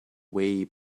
way